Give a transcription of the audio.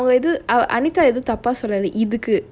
போது:pothu anita ஏதும் தப்பா சொல்லல:edhum thappaa sollala